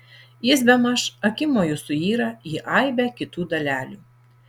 jis bemaž akimoju suyra į aibę kitų dalelių